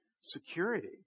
security